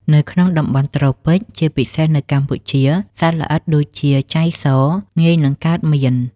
នៅក្នុងតំបន់ត្រូពិច ជាពិសេសនៅកម្ពុជា សត្វល្អិតដូចជា ចៃស ងាយនឹងកើតមាន។